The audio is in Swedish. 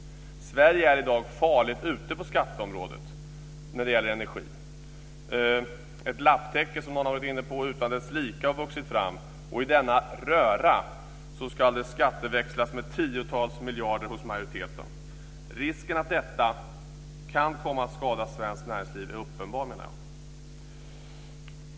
Sverige är i dag farligt ute på skatteområdet när det gäller energi. Ett lapptäcke, som någon har varit inne, utan dess like har vuxit fram. I denna röra ska det hos majoriteten skatteväxlas med tiotals miljarder. Risken att detta kan komma att skada svenskt näringsliv är uppenbar, menar jag.